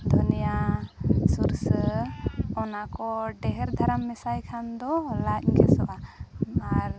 ᱫᱷᱚᱱᱤᱭᱟᱹ ᱥᱩᱨᱥᱟᱹ ᱚᱱᱟ ᱠᱚ ᱰᱷᱮᱨ ᱫᱷᱟᱨᱟᱢ ᱢᱮᱥᱟᱭ ᱠᱷᱟᱱ ᱫᱚ ᱞᱟᱡ ᱜᱮᱥᱚᱜᱼᱟ ᱟᱨ